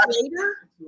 later